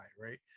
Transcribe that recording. right